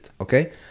Okay